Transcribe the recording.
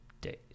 days